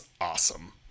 awesome